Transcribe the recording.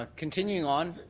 ah continuing on,